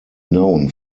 known